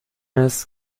ist